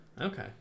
Okay